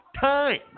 time